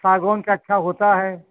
सागौन का अच्छा होता है